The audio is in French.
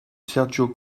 sergio